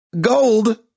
Gold